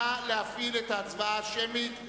נא להפעיל את ההצבעה השמית,